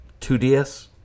2DS